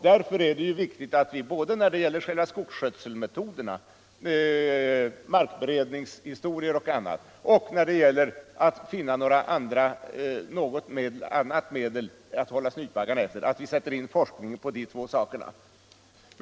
Därför är det viktigt att vi när det gäller själva skogsskötselmetoderna — markberedningshistorier och annat — sätter in forskningen på att göra dem effektivare och samtidigt på att finna något annat medel än DDT för att hålla efter snytbaggarna.